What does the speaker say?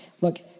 Look